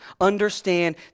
understand